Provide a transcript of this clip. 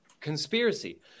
conspiracy